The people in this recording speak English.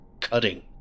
cutting